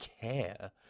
care